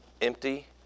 empty